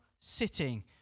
sitting